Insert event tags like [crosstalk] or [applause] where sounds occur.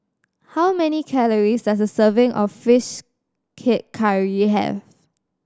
how many calories does a serving of fish [unintelligible] curry have